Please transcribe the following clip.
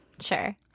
Sure